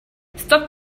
stop